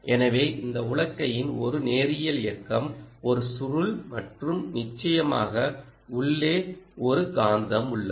எனவே இந்த உலக்கையின் ஒரு நேரியல் இயக்கம் ஒரு சுருள் மற்றும் நிச்சயமாக உள்ளே ஒரு காந்தம் உள்ளது